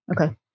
okay